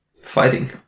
fighting